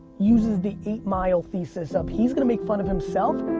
uses the eight mile thesis of he's gonna make fun of himself.